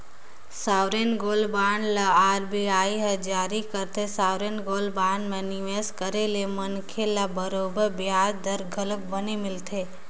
sovereign gold bond ल RBI हर जारी करथे, सॉवरेन गोल्ड बांड म निवेस करे ले मनखे मन ल बरोबर बियाज दर घलोक बने मिलथे